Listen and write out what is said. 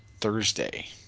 Thursday